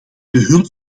behulp